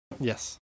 yes